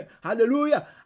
Hallelujah